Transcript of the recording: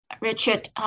Richard